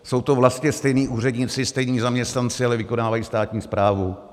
Jsou to vlastně stejní úředníci, stejní zaměstnanci, ale vykonávají státní správu.